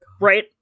Right